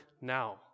now